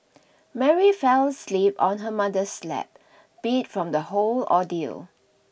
Mary fell asleep on her mother's lap beat from the whole ordeal